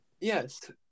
yes